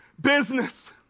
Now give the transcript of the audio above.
business